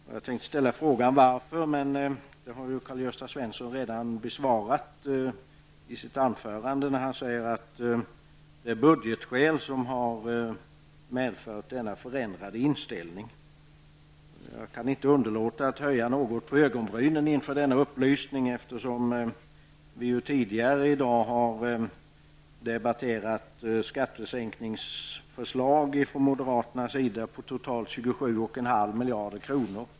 Jag hade tänkt ställa frågan varför, men den frågan har Karl Gösta Svenson redan besvarat i sitt anförande, när han säger att budgetskäl har föranlett denna förändrade inställning. Jag kan inte underlåta att något höja på ögonbrynen inför denna upplysning, eftersom vi tidigare i dag har debatterat skattesänkningsförslag från moderaterna på totalt 27,5 miljarder kronor.